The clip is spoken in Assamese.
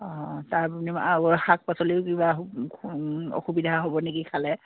অঁ তাৰ বিনিময়ত আৰু শাক পাচলিও কিবা অসুবিধা হ'ব নেকি খালে